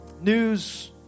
news